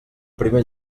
primer